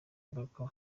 ingaruka